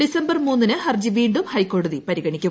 December മൂന്നിന് ഹർജി വീണ്ടും ഹൈക്കോടതി പരിഗണിക്കും